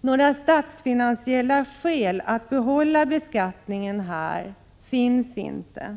Några statsfinansiella skäl att behålla beskattningen i detta sammanhang finns inte.